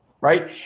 right